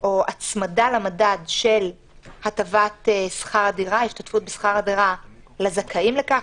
או הצמדה למדד של הטבת שכר הדירה השתתפות בשכר הדירה לזכאים לכך,